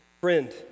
Friend